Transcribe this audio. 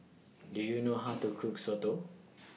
Do YOU know How to Cook Soto